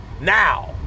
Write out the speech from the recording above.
now